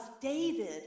David